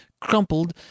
crumpled